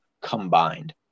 combined